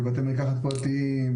ובתי מרקחת פרטיים,